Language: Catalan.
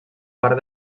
part